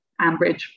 Ambridge